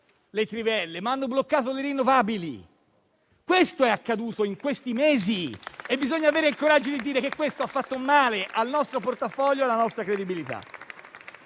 le trivelle, ma le rinnovabili. E ciò è accaduto in questi mesi e bisogna avere il coraggio di dire che ha fatto male al nostro portafoglio e alla nostra credibilità.